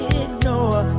ignore